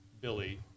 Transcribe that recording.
Billy